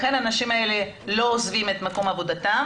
לכן האנשים האלה לא עוזבים את מקום עבודתם